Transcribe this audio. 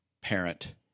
parent